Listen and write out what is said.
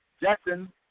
Jackson